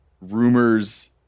rumors